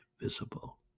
visible